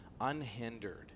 unhindered